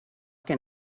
can